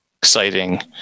exciting